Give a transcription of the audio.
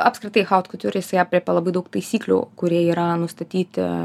apskritai haut kutiur jisai aprėpia labai daug taisyklių kurie yra nustatyti